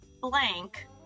blank